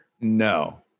No